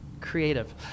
Creative